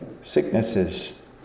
sicknesses